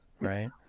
Right